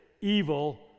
evil